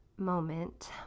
moment